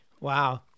Wow